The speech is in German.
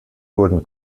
wurden